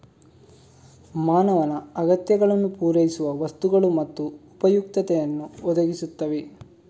ಮಾನವನ ಅಗತ್ಯಗಳನ್ನು ಪೂರೈಸುವ ವಸ್ತುಗಳು ಮತ್ತು ಉಪಯುಕ್ತತೆಯನ್ನು ಒದಗಿಸುತ್ತವೆ